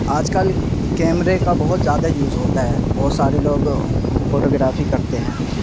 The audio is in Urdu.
آج کل کیمرے کا بہت زیادہ یوز ہوتا ہے بہت سارے لوگ فوٹوگرافی کرتے ہیں